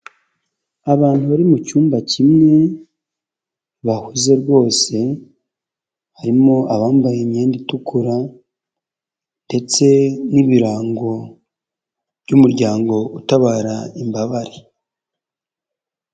Abantu bari mu cyumba kimwe bahuze rwose, harimo abambaye imyenda itukura, ndetse n'ibirango by'umuryango utabara imbabare.